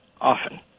often